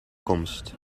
komst